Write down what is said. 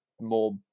more